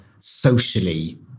socially